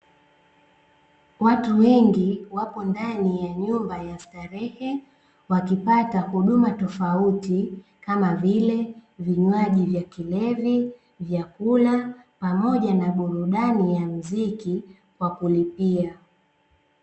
Watu wengi wapo ndani ya nyumba ya starehe wakipata huduma tofauti, kama vile vinywaji vya kilevi, vyakula, pamoja na burudani ya muziki wa kulipia.